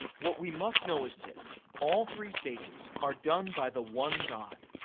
what we must know is this all three stages are done by the one god.